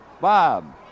Bob